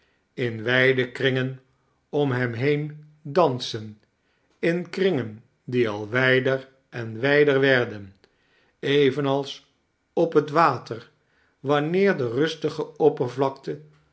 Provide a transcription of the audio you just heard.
in wijde kringen om hem heen dansen in kringen die al wqder en wijder werden evenals op het water wanneer de rustige oppervlakte